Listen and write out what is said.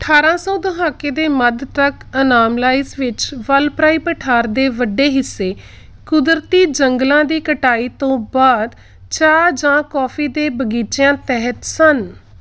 ਅਠਾਰਾਂ ਸੌ ਦਹਾਕੇ ਦੇ ਮੱਧ ਤੱਕ ਅਨਾਮਲਾਈਜ਼ ਵਿੱਚ ਵਲਪਰਾਈ ਪਠਾਰ ਦੇ ਵੱਡੇ ਹਿੱਸੇ ਕੁਦਰਤੀ ਜੰਗਲਾਂ ਦੀ ਕਟਾਈ ਤੋਂ ਬਾਅਦ ਚਾਹ ਜਾਂ ਕੌਫੀ ਦੇ ਬਗੀਚਿਆਂ ਤਹਿਤ ਸਨ